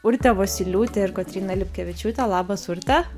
urtė vosyliūtė ir kotryna liutkevičiūtė labas urte